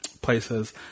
places